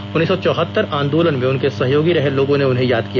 उन्नीस सौ चौहत्तर आंदोलन में उनके सहयोगी रहे लोगों ने उन्हें याद किया